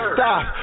Stop